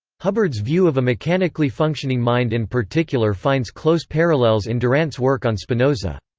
hubbard's view of a mechanically functioning mind in particular finds close parallels in durant's work on spinoza.